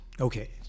Okay